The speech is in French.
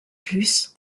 plus